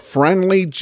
Friendly